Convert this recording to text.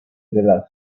della